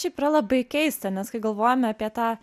šiaip yra labai keista nes kai galvojame apie tą